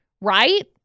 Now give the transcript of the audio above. Right